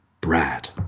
Brad